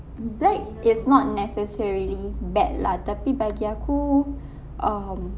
black is not necessarily bad lah tapi bagi aku um